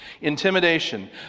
Intimidation